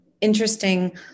interesting